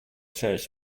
shares